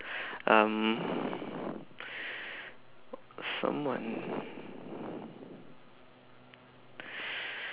um someone ah